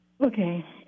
Okay